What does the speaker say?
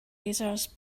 razors